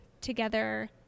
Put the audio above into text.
together